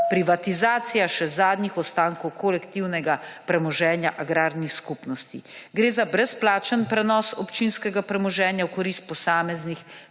privatizacija še zadnjih ostankov kolektivnega premoženja agrarnih skupnosti. Gre za brezplačni prenos občinskega premoženja v korist posameznih